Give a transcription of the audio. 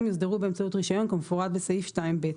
יוסדרו באמצעות רישיון כמפורט בסעיף 2ב."